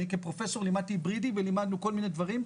כפרופ' לימדתי היברידי ולימדנו כל מיני דברים,